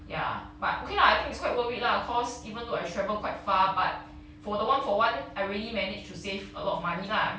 ya but okay lah I think it's quite worth it lah cause even though I travel quite far but for the one for one I really managed to save a lot of money lah